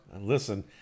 Listen